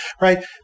right